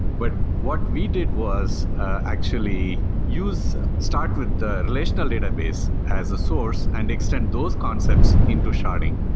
but what we did was actually use, start with the relational database as a source and extend those concepts into sharding.